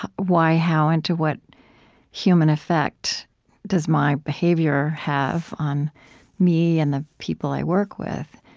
why, how, and to what human effect does my behavior have on me and the people i work with?